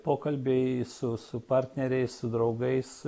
pokalbiai su su partneriais su draugais